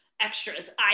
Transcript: extras